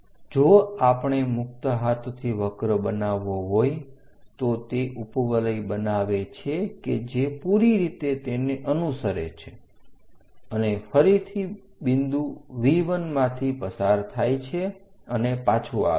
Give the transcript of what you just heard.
જો આપણે મુક્ત હાથથી વક્ર બનાવવો હોય તો તે ઉપવલય બનાવે છે કે જે પૂરી રીતે તેને અનુસરે છે અને ફરીથી બિંદુ V 1 માંથી પસાર થાય છે અને પાછું આવે છે